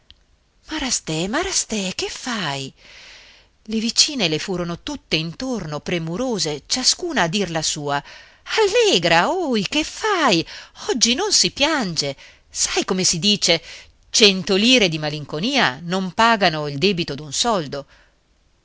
lei maraste maraste che fai le vicine le furono tutte intorno premurose ciascuna a dir la sua allegra oh che fai oggi non si piange sai come si dice cento lire di malinconia non pagano il debito d'un soldo